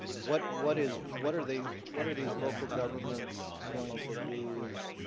what what is what are they what are these local governments going to lose?